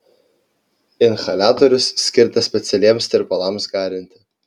inhaliatorius skirtas specialiems tirpalams garinti